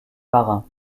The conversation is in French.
marin